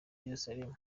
yeruzalemu